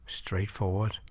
straightforward